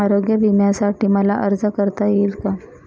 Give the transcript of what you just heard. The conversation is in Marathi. आरोग्य विम्यासाठी मला अर्ज करता येईल का?